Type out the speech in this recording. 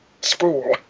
spool